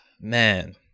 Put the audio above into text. Man